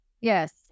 Yes